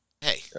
Hey